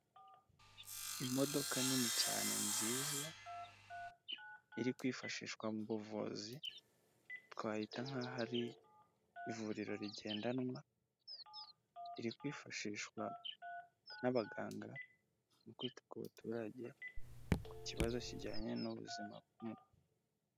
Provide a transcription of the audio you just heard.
Imodoka nini cyane nziza iri kwifashishwa mu buvuzi twayihita nkaho ari ivuriro rigendanwa, iri kwifashishwa n'abaganga mu kwita ku baturage ku kibazo kijyanye n'ubuzima bw'umuntu.